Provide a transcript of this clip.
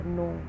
no